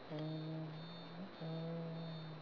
um um